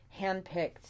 handpicked